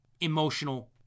emotional